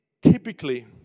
typically